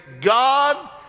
God